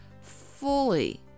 fully